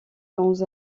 dans